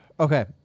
Okay